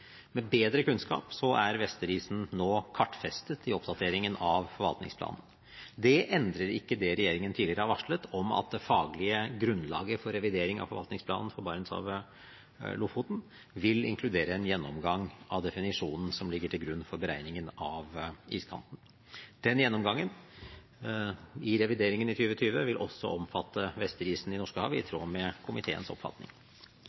Med bedre kunnskap er Vesterisen nå kartfestet i oppdateringen av forvaltningsplanen. Det endrer ikke det regjeringen tidligere har varslet om at det faglige grunnlaget for revidering av forvaltningsplanen for Barentshavet–Lofoten vil inkludere en gjennomgang av definisjonen som ligger til grunn for beregningen av iskanten. Den gjennomgangen i revideringen i 2020 vil også omfatte Vesterisen i Norskehavet, i tråd med komiteens oppfatning.